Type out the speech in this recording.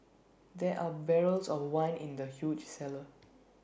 there're barrels of wine in the huge cellar